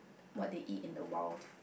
what they eat in the wild